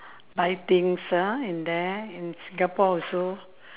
buy things ah in there and singapore also